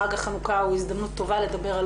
חג החנוכה הוא הזדמנות טובה לדבר על